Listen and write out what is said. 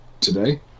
today